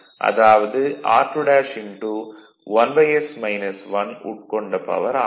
அதாவது r2' 1s 1 உட்கொண்ட power ஆகும்